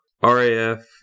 RAF